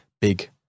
big –